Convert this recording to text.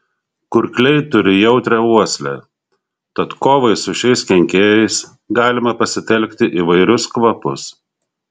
kurkliai turi jautrią uoslę tad kovai su šiais kenkėjais galima pasitelkti įvairius kvapus